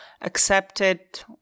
accepted